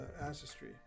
ancestry